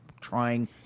trying